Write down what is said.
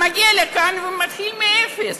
מגיע לכאן ומתחיל מאפס.